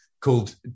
called